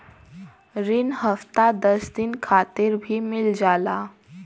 रिन हफ्ता दस दिन खातिर भी मिल जाला